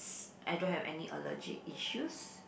I don't have any allergic issues